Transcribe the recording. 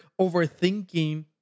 overthinking